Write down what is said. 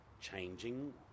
changing